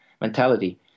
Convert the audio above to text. mentality